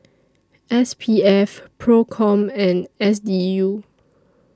S P F PROCOM and S D U